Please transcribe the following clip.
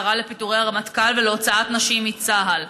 קרא לפיטורי הרמטכ"ל ולהוצאת נשים מצה"ל.